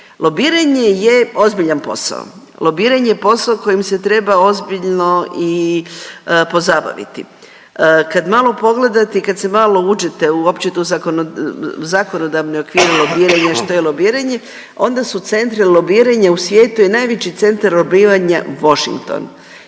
Lobiranje je ozbiljan posao, lobiranje je posao kojem se treba ozbiljno i pozabaviti. Kad malo pogledate i kad se malo uđete uopće tu zakonodavne okvire lobiranja i što je lobiranje, onda su centri lobiranja u svijetu je najveći centar lobiranja Washington.